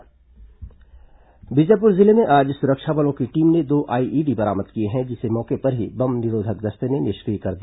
माओवादी समाचार बीजापुर जिले में आज सुरक्षा बलों की टीम ने दो आईईडी बरामद किए हैं जिसे मौके पर ही बम निरोधक दस्ते ने निष्क्रिय कर दिया